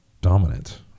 dominant